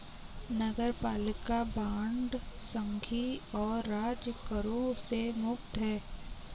नगरपालिका बांड संघीय और राज्य करों से मुक्त हैं